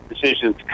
decisions